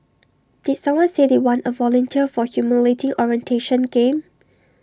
did someone say they want A volunteer for A humiliating orientation game